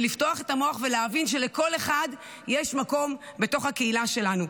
לפתוח את המוח ולהבין שלכל אחד יש מקום בתוך הקהילה שלנו.